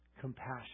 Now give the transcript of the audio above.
compassion